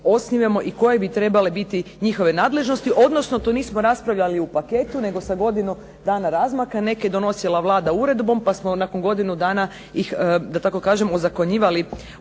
osnivamo i koje bi trebale biti njihove nadležnosti, odnosno to nismo raspravljali u paketu nego sa godinu dana razmaka. Neke je donosila Vlada uredbom pa smo nakon godinu dana ih, da tako kažem, ozakonjivali